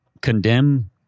condemn